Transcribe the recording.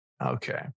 Okay